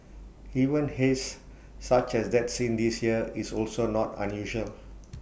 even haze such as that seen this year is also not unusual